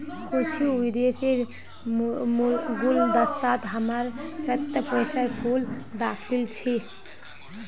कुछू विदेशीर गुलदस्तात हामी शतपुष्पेर फूल दखिल छि